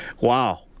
Wow